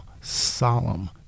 solemn